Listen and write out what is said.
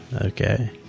Okay